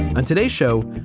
on today's show,